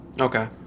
okay